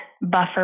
buffer